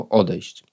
odejść